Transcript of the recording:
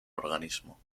organismo